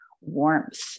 warmth